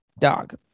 dog